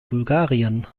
bulgarien